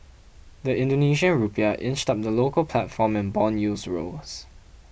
the Indonesian Rupiah inched up in the local platform and bond yields rose